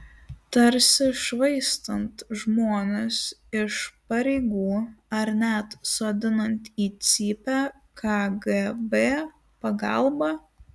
tarsi švaistant žmones iš pareigų ar net sodinant į cypę kgb pagalba